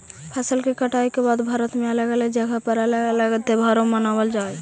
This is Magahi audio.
फसल के कटाई के बाद भारत में अलग अलग जगह पर अलग अलग त्योहार मानबल जा हई